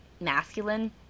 masculine